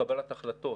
בקבלת החלטות